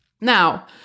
Now